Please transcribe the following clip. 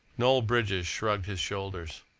noel bridges shrugged his shoulders.